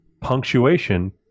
punctuation